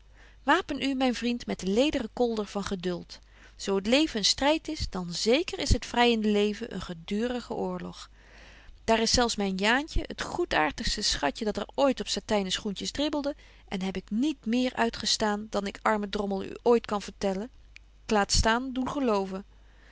wapen u myn vriend met den lederen kolder van geduld zo het leven een stryd is dan zeker is het vryende leven een geduurige oorlog daar is zelf myn jaantje het goedaartigste schatje dat er ooit op satyne schoentjes dribbelde en heb ik niet meer uitgestaan betje wolff en aagje deken historie van mejuffrouw sara burgerhart dan ik arme drommel u ooit kan vertellen k laat staan doen geloven